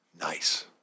nice